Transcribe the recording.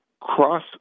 Cross